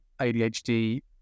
ADHD